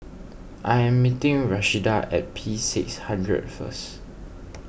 I am meeting Rashida at P S hundred first